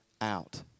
out